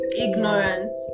Ignorance